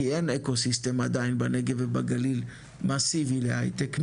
כי אין אקו סיסטם עדיין בנגב ובגליל מסיבי להייטק,